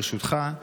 ברשותך,